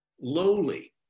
lowly